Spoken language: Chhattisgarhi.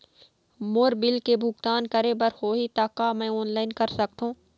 मोर बिल के भुगतान करे बर होही ता का मैं ऑनलाइन कर सकथों?